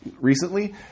recently